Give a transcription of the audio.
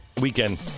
weekend